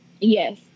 Yes